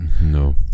No